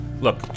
Look